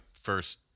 first